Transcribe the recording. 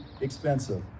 expensive